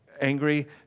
angry